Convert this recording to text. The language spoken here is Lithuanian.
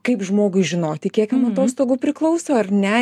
kaip žmogui žinoti kiek jam atostogų priklauso ar ne